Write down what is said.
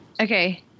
Okay